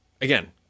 again